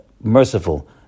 merciful